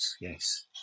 yes